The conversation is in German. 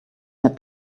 mit